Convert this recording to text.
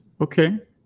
Okay